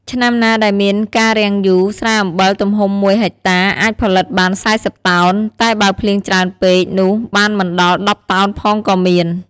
ឆ្នាំណាដែលមានការរាំងយូរ ស្រែអំបិលទំហំមួយហិកតាអាចផលិតបាន៤០តោន តែបើភ្លៀងច្រើនពេក នោះបានមិនដល់១០តោនផងក៏មាន។